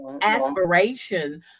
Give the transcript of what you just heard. aspiration